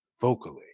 vocally